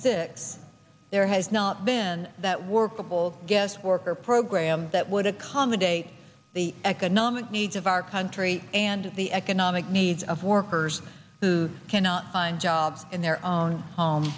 six there has not been that workable guest worker program that would accommodate the economic needs of our country and the economic needs of workers who cannot find jobs in their own home